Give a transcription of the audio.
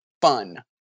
fun